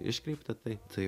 iškreipta tai tai